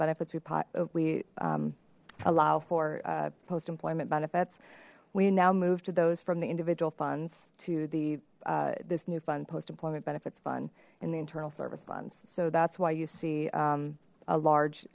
benefits we part of we allow for post employment benefits we now move to those from the individual funds to the this new fund post employment benefits fund in the internal service funds so that's why you see a large